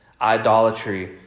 idolatry